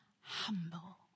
humble